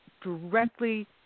directly